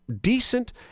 decent